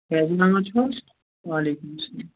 فیضان احمد چھُو حظ وعلیکُم اسلام